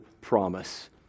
promise